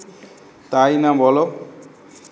তাই না বলো